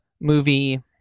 movie